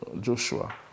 Joshua